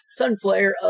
Sunflare